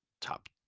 top